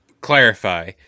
clarify